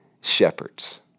shepherds